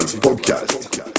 Podcast